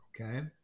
okay